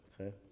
Okay